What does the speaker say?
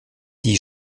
die